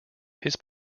his